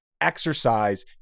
exercise